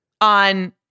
on